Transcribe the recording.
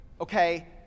okay